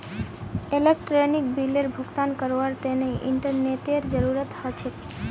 electronic बिलेर भुगतान करवार तने इंटरनेतेर जरूरत ह छेक